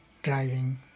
driving